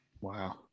Wow